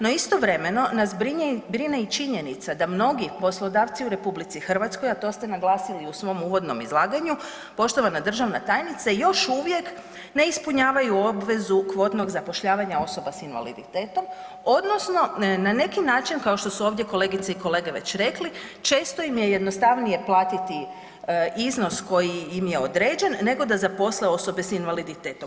No istovremeno nas brine i činjenica da mnogi poslodavci u RH, a to ste naglasili i u svom uvodnom izlaganju poštovana državna tajnice još uvijek ne ispunjavaju obvezu kvotnog zapošljavanja osoba s invaliditetom odnosno na neki način kao što su ovdje kolegice i kolege već rekli, često im je jednostavnije platiti iznos koji im je određen nego da zaposle osobe s invaliditetom.